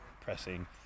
pressing